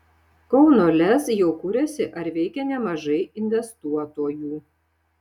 kauno lez jau kuriasi ar veikia nemažai investuotojų